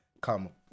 come